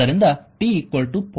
ಆದ್ದರಿಂದ t 0